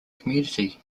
community